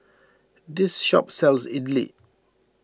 this shop sells Idili